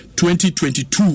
2022